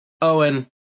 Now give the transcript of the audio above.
Owen